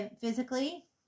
physically